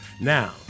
Now